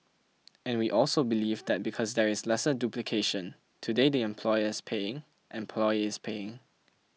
and we also believe that because there is lesser duplication today the employer is paying employee is paying